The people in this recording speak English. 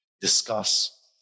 discuss